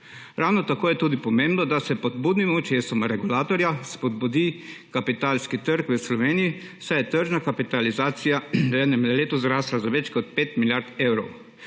Ravno tako je tudi pomembno, da se pod budnim očesom regulatorja spodbudi kapitalski trg v Sloveniji, saj je tržna kapitalizacija v enem letu zrastla za več kot 5 milijard evrov.